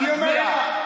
אין בעיה.